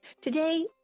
Today